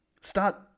Start